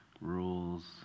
rules